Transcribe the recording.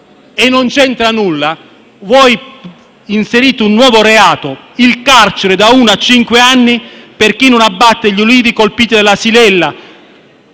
e non c'entra nulla - voi prevedete un nuovo reato, punito con il carcere da uno a cinque anni, per chi non abbattere gli ulivi colpiti dalla Xylella.